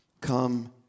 come